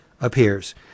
appears